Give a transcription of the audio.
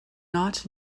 not